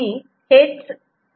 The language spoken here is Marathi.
D' B